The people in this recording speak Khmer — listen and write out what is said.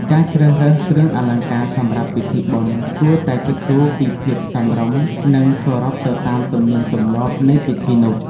ការជ្រើសរើសគ្រឿងអលង្ការសម្រាប់ពិធីបុណ្យ គួរតែគិតគូរពីភាពសមរម្យ និង គោរពទៅតាមទំនៀមទម្លាប់នៃពិធីនោះ។